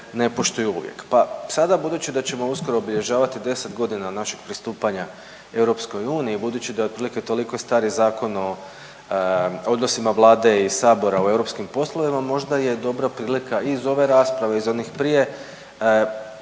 ne poštuju uvijek. Pa sada budući da ćemo uskoro obilježavati 10 godina našeg pristupanja EU, budući da je otprilike toliko star i Zakon o odnosima Vlade i Sabora o europskim poslovima možda je dobra prilika iz ove rasprave, iz onih prije